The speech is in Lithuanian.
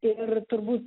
ir turbūt